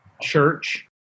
church